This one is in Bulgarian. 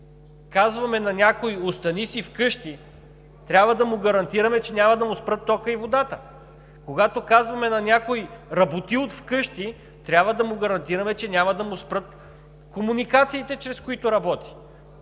когато казваме на някого: остани си вкъщи, трябва да му гарантираме, че няма да му спрат тока и водата. Когато казваме на някого: работи от вкъщи, трябва да му гарантираме, че няма да му спрат комуникациите, чрез които работи.